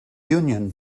union